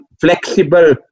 flexible